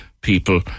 people